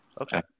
Okay